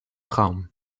traum